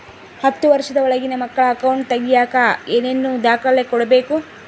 ಹತ್ತುವಷ೯ದ ಒಳಗಿನ ಮಕ್ಕಳ ಅಕೌಂಟ್ ತಗಿಯಾಕ ಏನೇನು ದಾಖಲೆ ಕೊಡಬೇಕು?